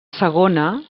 segona